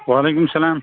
وعلیکُم السَلام